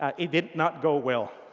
ah it did not go well.